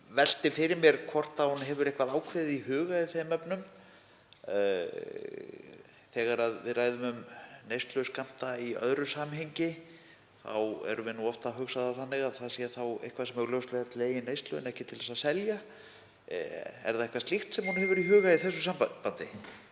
velti fyrir mér hvort hún hafi eitthvað ákveðið í huga í þeim efnum. Þegar við ræðum um neysluskammta í öðru samhengi þá erum við oft að hugsa það þannig að það sé eitthvað sem augljóslega er til eigin neyslu en ekki til að selja. Er það eitthvað slíkt sem hún hefur í huga í þessu sambandi?